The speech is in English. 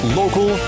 local